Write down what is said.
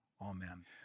Amen